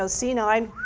so c nine,